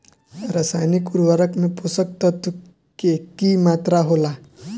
रसायनिक उर्वरक में पोषक तत्व के की मात्रा होला?